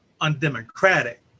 undemocratic